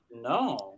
No